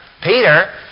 Peter